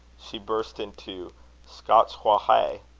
she burst into scots wha hae.